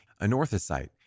anorthosite